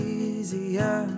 easier